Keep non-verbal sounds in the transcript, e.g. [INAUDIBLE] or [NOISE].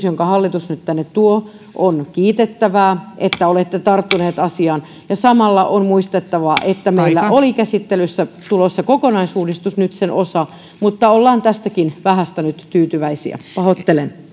[UNINTELLIGIBLE] jonka hallitus nyt tänne tuo että on kiitettävää että olette tarttuneet asiaan mutta samalla on muistettava että meillä oli käsittelyyn tulossa kokonaisuudistus nyt sen osa mutta ollaan tästäkin vähästä nyt tyytyväisiä pahoittelen